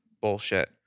bullshit